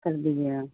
کر دیجیے آپ